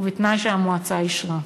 ובתנאי שהמועצה אישרה.